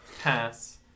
pass